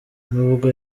nubwo